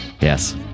Yes